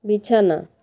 বিছানা